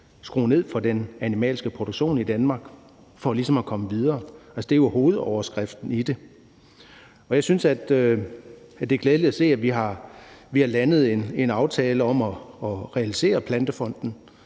skrue ned for den animalske produktion i Danmark for ligesom at komme videre. Det er jo hovedoverskriften i det. Jeg synes, det er glædeligt at se, at vi har landet en aftale om at realisere plantefonden.